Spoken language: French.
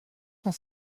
cent